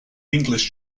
english